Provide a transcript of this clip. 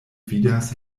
vidas